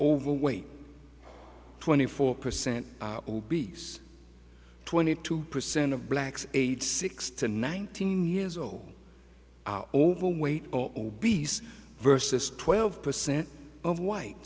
overweight twenty four percent obese twenty two percent of blacks aged six to nineteen years old overweight or obese versus twelve percent of white